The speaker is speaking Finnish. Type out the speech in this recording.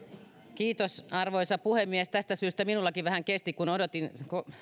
arvoisa puhemies tästä syystä minullakin vähän kesti odotin